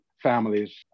families